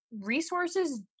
resources